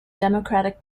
democratic